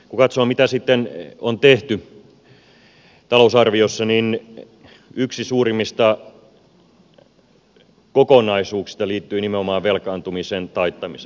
kun katsoo mitä sitten on tehty talousarviossa niin yksi suurimmista kokonaisuuksista liittyy nimenomaan velkaantumisen taittamiseen